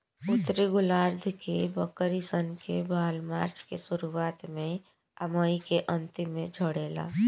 उत्तरी गोलार्ध के बकरी सन के बाल मार्च के शुरुआत में आ मई के अन्तिम में झड़ेला